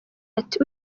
ati